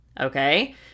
Okay